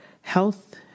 health